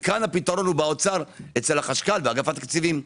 כאן הפתרון הוא באוצר אצל החשכ"ל באגף התקציבים.